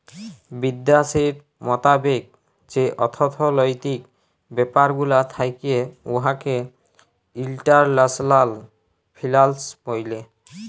বিদ্যাশের মতাবেক যে অথ্থলৈতিক ব্যাপার গুলা থ্যাকে উয়াকে ইল্টারল্যাশলাল ফিল্যাল্স ব্যলে